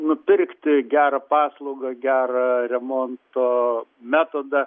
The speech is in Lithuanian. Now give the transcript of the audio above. nupirkti gerą paslaugą gerą remonto metodą